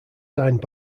signed